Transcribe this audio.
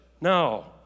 No